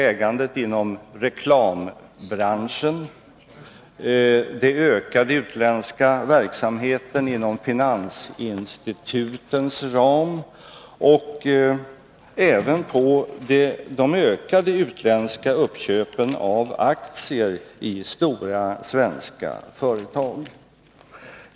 Jag tänker också på den ökade utländska verksamheten inom finansinstitutens ram och de ökade utländska köpen av aktier i stora svenska företag.